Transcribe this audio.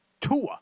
Tua